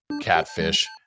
catfish